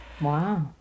Wow